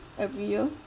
every year